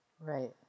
right